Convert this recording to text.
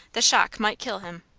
the shock might kill him.